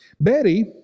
Betty